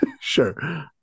sure